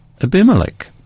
Abimelech